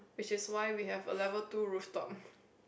which is why we have a level two rooftop